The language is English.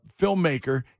filmmaker